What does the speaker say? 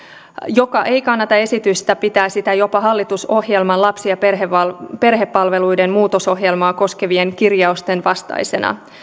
joka ei kannata esitystä pitää sitä jopa hallitusohjelman lapsi ja perhepalveluiden muutosohjelmaa koskevien kirjausten vastaisena